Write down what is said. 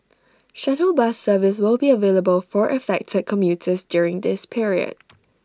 shuttle bus service will be available for affected commuters during this period